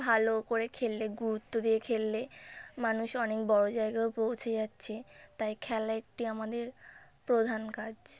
ভালো করে খেললে গুরুত্ব দিয়ে খেললে মানুষ অনেক বড় জায়গায়ও পৌঁছে যাচ্ছে তাই খেলা একটি আমাদের প্রধান কাজ